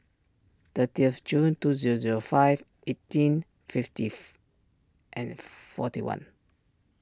thirtieth of June two zero zero five eighteen fifteenth and forty one